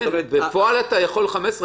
זאת רשימה חדשה,